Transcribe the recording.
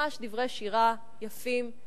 ממש דברי שירה יפים,